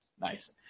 Nice